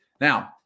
Now